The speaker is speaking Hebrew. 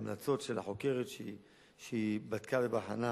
ההמלצות של החוקרת שבדקה ובחנה.